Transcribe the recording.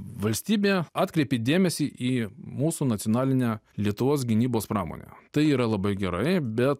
valstybė atkreipė dėmesį į mūsų nacionalinę lietuvos gynybos pramonę tai yra labai gerai bet